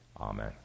Amen